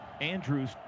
Andrews